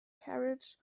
carriage